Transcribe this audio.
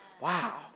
Wow